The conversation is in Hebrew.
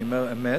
אני אומר אמת.